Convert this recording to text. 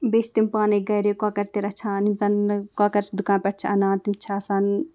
بیٚیہِ چھِ تِم پانَے گَرِ کۄکَر تہِ رَچھان یِم زَنہٕ کۄکَر چھِ دُکانہٕ پٮ۪ٹھ چھِ اَنان تِم چھِ آسان